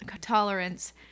tolerance